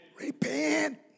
Repent